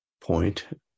point